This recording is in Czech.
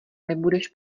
nebudeš